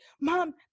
mom